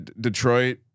Detroit